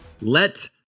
Let